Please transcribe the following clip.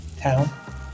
town